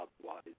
Otherwise